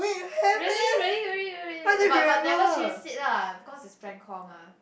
really really really really really but but never change seat lah because it's prank call mah